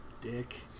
Dick